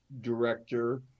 director